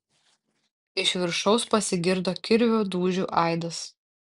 iš viršaus pasigirdo kirvio dūžių aidas